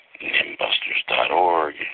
nimbusters.org